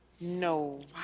no